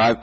i